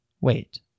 Wait